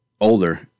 older